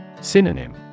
Synonym